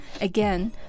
Again